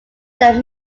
that